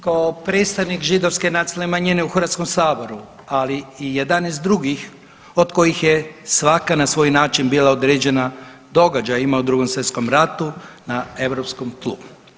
Kao predstavnik židovske nacionalne manjine u HS, ali i jedan iz drugih od kojih je svaka na svoj način bila određena događajima u Drugom svjetskom ratu na europskom tlu.